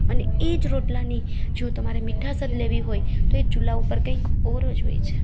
અને એ જ રોટલાની જો તમારે મીઠાશ જ લેવી હોય તો એ ચૂલા ઉપર કંઈક ઓર જ હોય છે